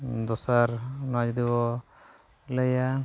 ᱫᱚᱥᱟᱨ ᱱᱚᱣᱟ ᱡᱩᱫᱤᱵᱚᱱ ᱞᱟᱹᱭᱟ